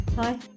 Hi